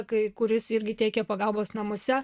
kai kuris irgi teikia pagalbos namuose